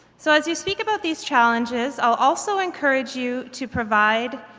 so as you speak about these challenges, i'll also encourage you to provide